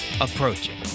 approaching